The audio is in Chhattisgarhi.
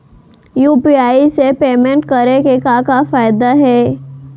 यू.पी.आई से पेमेंट करे के का का फायदा हे?